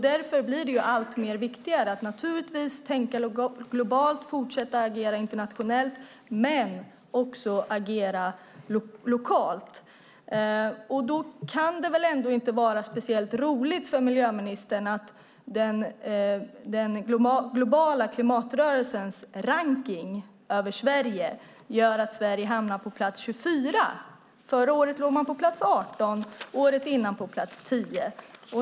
Därför blir det allt viktigare att tänka globalt, fortsätta att agera internationellt och även agera lokalt. Då kan det inte vara speciellt roligt för miljöministern att den globala klimatrörelsens rankning av Sverige gör att Sverige hamnar på plats 24. Förra året låg vi på plats 18 och året innan på plats 10.